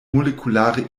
molekulare